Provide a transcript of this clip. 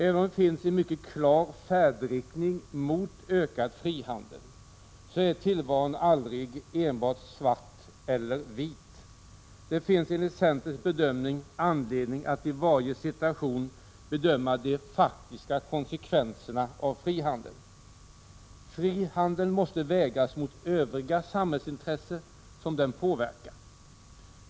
Även om det finns en mycket klar färdriktning mot ökad frihandel så är tillvaron aldrig enbart svart eller vit. Det finns enligt centerns bedömning anledning att i varje situation bedöma de faktiska konsekvenserna av frihandeln. Frihandeln måste vägas mot de övriga samhällsintressen som den påverkar.